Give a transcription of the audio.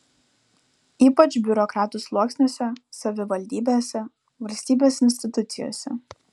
ypač biurokratų sluoksniuose savivaldybėse valstybės institucijose